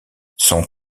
son